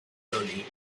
dolly